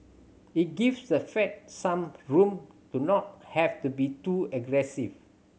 it gives the Fed some room to not have to be too aggressive